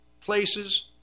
places